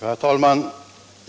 Herr talman!